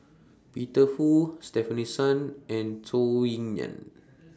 Peter Fu Stefanie Sun and Zhou Ying NAN